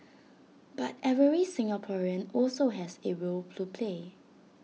but every Singaporean also has A role to play